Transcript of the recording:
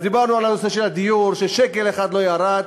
אז דיברנו על נושא הדיור, ששקל אחד לא ירד.